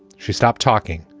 she stopped talking,